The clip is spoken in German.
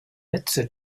netze